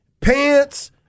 pants